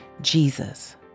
Jesus